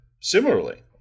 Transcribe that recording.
similarly